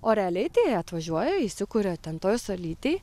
o realiai tai jie atvažiuoja įsikuria ten toj salytėj